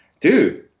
dude